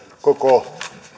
koko